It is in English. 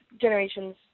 generations